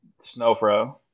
Snowfro